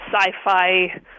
sci-fi